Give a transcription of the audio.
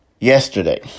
Yesterday